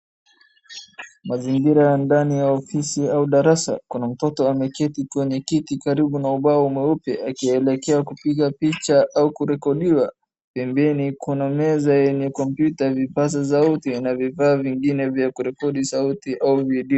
Mazingira ndani ya ofisi au darasa kuna mtoto ameketi kwenye kiti karibu na ubao mweupe akielekea kupiga picha au kurekodiwa, niambieni kuna meza yenye kompyuta vipasa sauti na vifaa vingine vya kurekodi sauti au video.